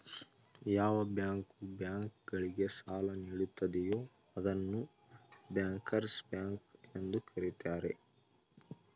ಯಾವ bank bank ಗಳಿಗೆ ಸಾಲ ನೀಡುತ್ತದೆಯೂ ಅದನ್ನು ಬ್ಯಾಂಕರ್ಸ್ ಬ್ಯಾಂಕ್ ಎಂದು ಕರೆಯುತ್ತಾರೆ